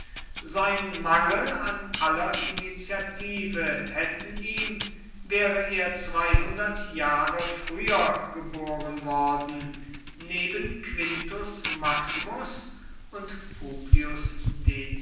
sein mangel an aller initiative hätten ihm wäre er zweihundert jahre früher geboren worden neben quintus maximus und